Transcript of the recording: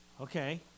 Okay